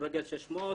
בכדורגל 600,